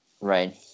Right